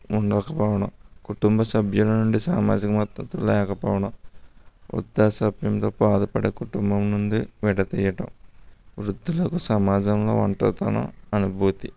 ఉండక పోవడం కుటుంబ సభ్యుల నుండి సామాజిక మద్దతు లేకపోవడం వృద్ధాప్యంతో బాధపడే కుటుంబం నుండి విడదీయడం వృద్ధులకు సమాజంలో ఒంటరితనం అనుభూతి